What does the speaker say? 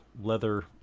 leather